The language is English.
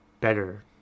better